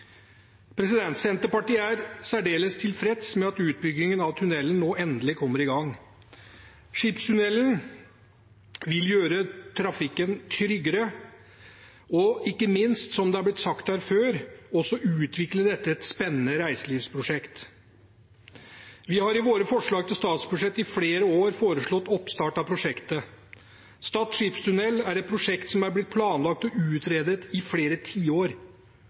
Senterpartiet er særdeles tilfreds med at utbyggingen av tunnelen nå endelig kommer i gang. Skipstunnelen vil gjøre trafikken tryggere, og, som det har blitt sagt her før, dette vil ikke minst også kunne utvikles til et spennende reiselivsprosjekt. Vi har i våre forslag til statsbudsjett i flere år foreslått oppstart av prosjektet. Stad skipstunnel er et prosjekt som er blitt planlagt og utredet i flere tiår.